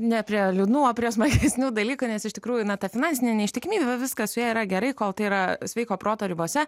ne prie liūdnų o prie smagesnių dalykų nes iš tikrųjų na ta finansinė neištikimybė viskas su ja yra gerai kol tai yra sveiko proto ribose